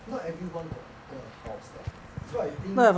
not everyone got got house lah so I think